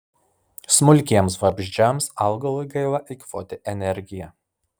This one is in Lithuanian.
smulkiems vabzdžiams augalui gaila eikvoti energiją